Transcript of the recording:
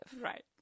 Right